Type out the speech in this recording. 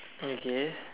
okay